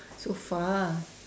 so far